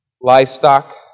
livestock